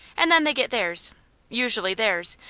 and then they get theirs usually theirs,